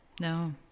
No